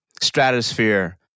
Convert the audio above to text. stratosphere